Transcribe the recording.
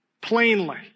plainly